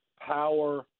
power